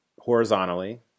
horizontally